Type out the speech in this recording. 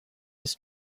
his